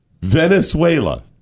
Venezuela